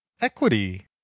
equity